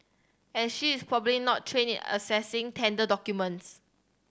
and she is probably not trained in assessing tender documents